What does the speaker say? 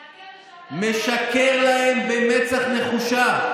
כי אתם השארתם בור תקציבי, משקר להם במצח נחושה.